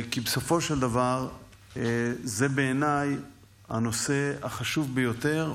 כי בסופו של דבר זה בעיניי הנושא החשוב ביותר,